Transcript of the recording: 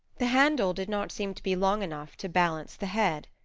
the handle did not seem to be long enough to balance the head.